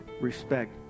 respect